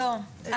לא.